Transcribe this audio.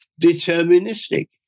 deterministic